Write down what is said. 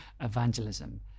evangelism